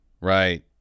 right